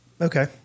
Okay